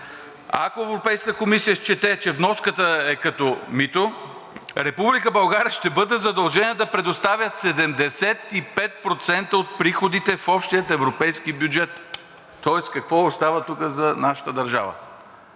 ако Европейската комисия счете, че вноската е като мито, Република България ще бъде задължена да предоставя 75% от приходите в общия европейски бюджет, тоест какво остава тук за нашата държава.